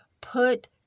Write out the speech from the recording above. put